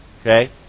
Okay